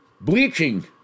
Bleaching